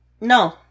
No